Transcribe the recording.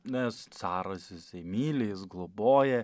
nes caras jisai įmyli jis globoja